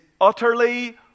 utterly